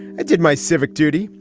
i did my civic duty.